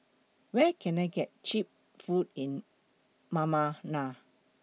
Where Can I get Cheap Food in Ma Ma La